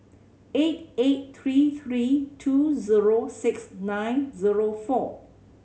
eight eight three three two zero six nine zero four